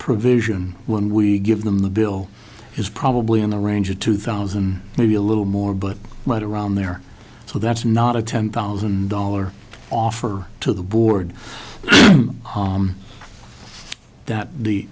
provision when we give them the bill is probably in the range of two thousand maybe a little more but might around there so that's not a ten thousand dollar offer to the board that